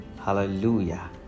Hallelujah